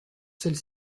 celle